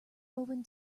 woven